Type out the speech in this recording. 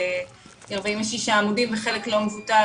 היא 46 עמודים וחלק לא מבוטל,